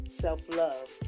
self-love